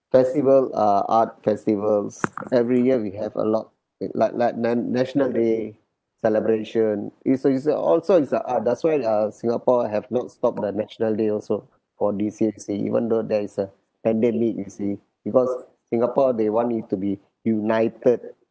festival uh art festivals every year we have a lot like like na~ national day celebration you see you see also is a art that's why uh singapore have not stopped the national day also for this year you see even though there is a pandemic you see because singapore they want it to be united